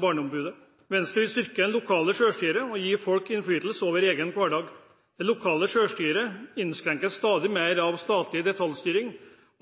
Barneombudet. Venstre vil styrke det lokale selvstyret og gi folk innflytelse over egen hverdag. Det lokale selvstyret innskrenkes stadig mer av statlig detaljstyring